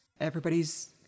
Everybody's